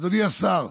אדוני השר,